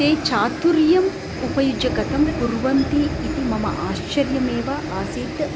ते चातुर्यम् उपयुज्य कथं कुर्वन्ति इति मम आश्चर्यमेव आसीत्